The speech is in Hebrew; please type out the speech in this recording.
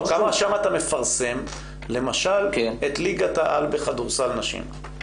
כמה שם אתה מפרסם למשל את ליגת העל בכדורסל נשים?